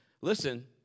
Listen